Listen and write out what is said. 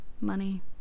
money